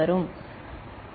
நன்றாக இருக்கிறதா